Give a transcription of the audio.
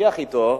להתווכח אתו,